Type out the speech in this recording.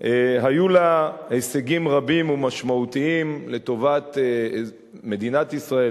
היו להן הישגים רבים ומשמעותיים לטובת מדינת ישראל,